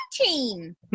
team